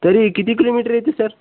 तरी किती किलोमीटर येते सर